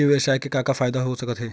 ई व्यवसाय से का का फ़ायदा हो सकत हे?